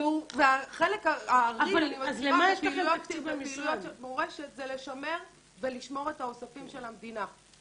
החלק הארי לפעילויות של מורשת זה לשמר ולשמור את האוספים של המדינה.